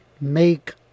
make